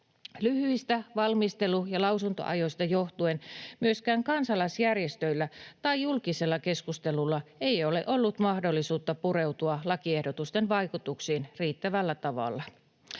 Lyhyistä valmistelu- ja lausuntoajoista johtuen myöskään kansalaisjärjestöillä tai julkisella keskustelulla ei ole ollut mahdollisuutta pureutua lakiehdotusten vaikutuksiin riittävällä tavalla.